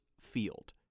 field